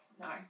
no